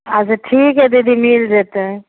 अच्छा ठीक हइ दीदी मिल जेतै